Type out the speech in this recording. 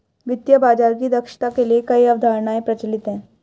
वित्तीय बाजार की दक्षता के लिए कई अवधारणाएं प्रचलित है